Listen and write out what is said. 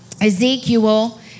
Ezekiel